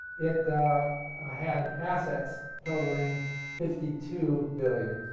it had assets totaling fifty two billion